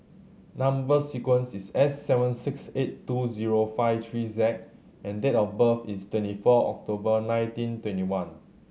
number sequence is S seven six eight two zero five three Z and date of birth is twenty four October nineteen twenty one